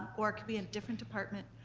or it could be a different department,